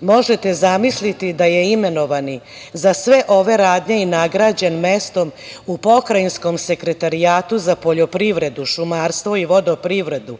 Možete zamisliti da je imenovani za sve ove radnje i nagrađen mestom u Pokrajinskom sekretarijatu za poljoprivredu, šumarstvo i vodoprivredu